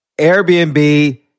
Airbnb